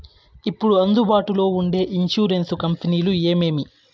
ఇప్పుడు అందుబాటులో ఉండే ఇన్సూరెన్సు కంపెనీలు ఏమేమి?